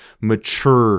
mature